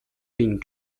being